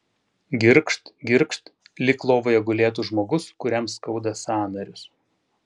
girgžt girgžt lyg lovoje gulėtų žmogus kuriam skauda sąnarius